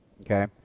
Okay